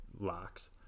locks